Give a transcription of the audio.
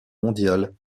mondiale